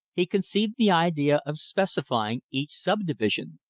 he conceived the idea of specifying each subdivision.